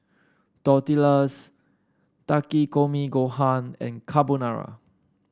Tortillas Takikomi Gohan and Carbonara